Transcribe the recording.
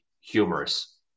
humorous